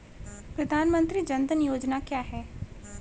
प्रधानमंत्री जन धन योजना क्या है?